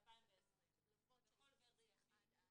להתקין תקנות לפי חוק הפיקוח על מעונות אז